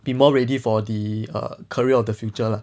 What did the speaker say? be more ready for the err career of the future lah